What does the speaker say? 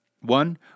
One